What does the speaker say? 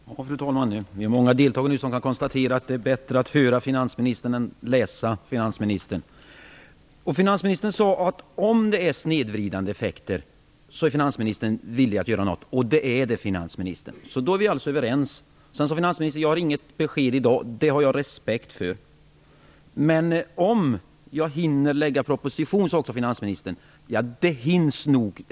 Fru talman! Vi är många deltagare nu som kan konstatera att det är bättre att höra finansministern än att läsa finansministern. Finansministern sade att om det blir fråga om snedvridande effekter är han villig att göra något åt det. Nu är det fråga om sådana snedvridande effekter, så då är vi alltså överens. Finansministern sade sedan att han inte har något besked i dag. Det har jag respekt för. Han talade också om sina möjligheter att hinna lägga fram en proposition. Ja, det hinns nog.